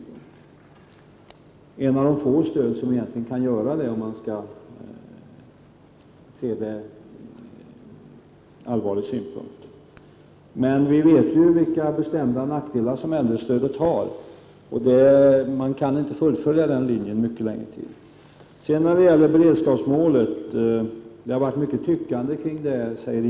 Det är ett av de få stöd som man kan göra på detta sätt med om man skall se det ur allvarlig synpunkt. Men vi vet vilka bestämda nackdelar äldrestödet har, och man kan inte gå vidare på denna väg mycket längre. Ivar Franzén säger att det har varit mycket tyckande kring beredskapsmålet.